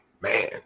man